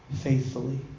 faithfully